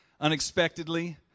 unexpectedly